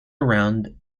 around